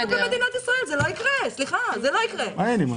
סליחה, זה לא יקרה.